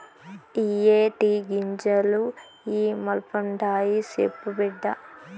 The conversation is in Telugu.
ఇయ్యే టీ గింజలు ఇ మల్పండాయి, సెప్పు బిడ్డా